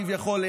כביכול,